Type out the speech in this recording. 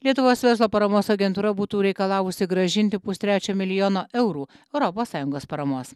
lietuvos verslo paramos agentūra būtų reikalavusi grąžinti pustrečio milijono eurų europos sąjungos paramos